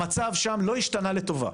המצב שם לא השתנה לטובה,